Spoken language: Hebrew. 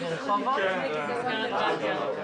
מוצדקות ותלונות שנמצאו לא מוצדקות,